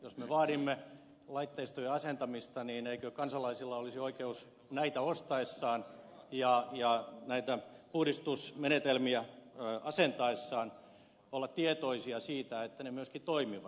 jos me vaadimme laitteistojen asentamista niin eikö kansalaisilla olisi oikeus näitä ostaessaan ja näitä puhdistusmenetelmiä asentaessaan olla tietoisia siitä että ne myöskin toimivat